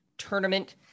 tournament